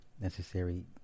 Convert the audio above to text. necessary